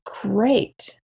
great